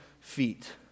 feet